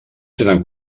tenen